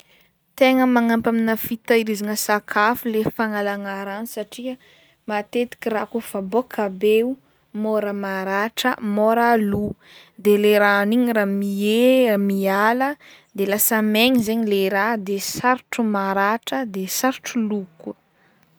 Tegna magnampy amina fitahirizagna sakafo le fagnalagna rano satria matetiky raha kaofa bôka be o môra maratra môra lò, de le rano igny raha mie- miala de lasa maigny zegny le raha de sarotro maratra de sarotro lò koa.